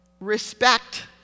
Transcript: respect